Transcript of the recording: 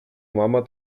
mama